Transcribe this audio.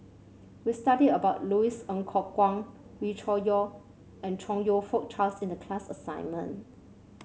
we studied about Louis Ng Kok Kwang Wee Cho Yaw and Chong You Fook Charles in the class assignment